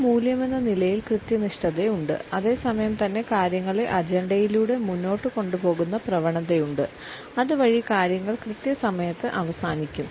ഒരു മൂല്യമെന്ന നിലയിൽ കൃത്യനിഷ്ഠതയുണ്ട് അതേ സമയം തന്നെ കാര്യങ്ങളെ അജണ്ടയിലൂടെ മുന്നോട്ട് കൊണ്ടുപോകുന്ന പ്രവണതയുണ്ട് അതുവഴി കാര്യങ്ങൾ കൃത്യസമയത്ത് അവസാനിക്കും